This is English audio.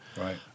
Right